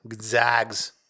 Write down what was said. Zags